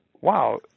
wow